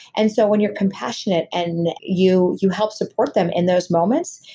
and so when you're compassionate and you you help support them in those moments,